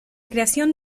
creación